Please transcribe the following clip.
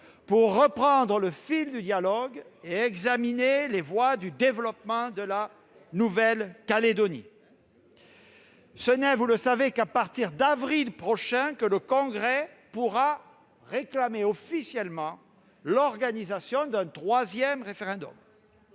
pour reprendre le fil du dialogue et examiner les voies du développement de la Nouvelle-Calédonie. Ce n'est, vous le savez, qu'à partir d'avril prochain que le Congrès pourra réclamer officiellement l'organisation d'un troisième référendum.